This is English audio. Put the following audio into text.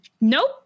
nope